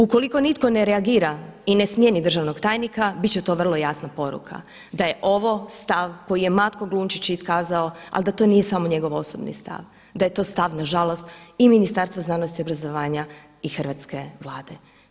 Ukoliko nitko ne reagira i ne smijeni državnog tajnika biti će to vrlo jasna poruka da je ovo stav koji je Matko Glunčić iskazao ali da to nije samo njegov osobni stav, da je to stav nažalost i ministarstva znanosti i obrazovanja i hrvatske Vlade.